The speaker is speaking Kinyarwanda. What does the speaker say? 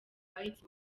bufaransa